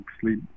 sleep